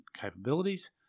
capabilities